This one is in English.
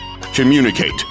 Communicate